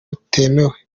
butemewe